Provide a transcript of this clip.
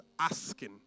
asking